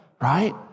right